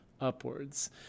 upwards